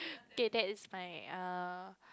K that is fine err